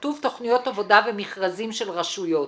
כתוב תכניות עבודה ומכרזים של רשויות.